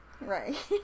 Right